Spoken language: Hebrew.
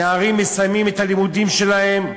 נערים מסיימים את הלימודים שלהם,